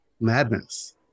madness